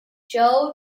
joe